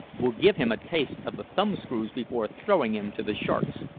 we'll give him a taste of the thumb-screws before throwing him to the sharks.